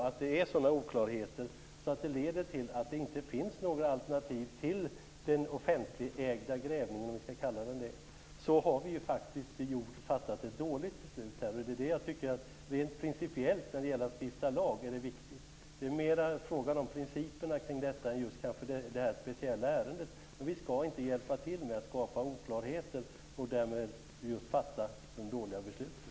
Om det är sådana oklarheter att det leder till att det inte finns några alternativ till den offentligägda grävningen har vi faktiskt fattat ett dåligt beslut. Det är rent principiellt viktigt när det gäller att stifta lag. Det är kanske mer en fråga om principerna kring detta än just det här speciella ärendet. Vi skall inte hjälpa till med att skapa oklarheter och därmed fatta de dåliga besluten.